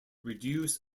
reduce